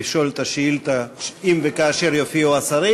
לשאול את השאילתה אם וכאשר יופיעו השרים.